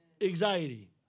Anxiety